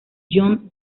yoon